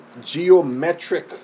geometric